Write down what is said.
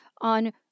on